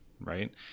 right